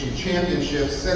championships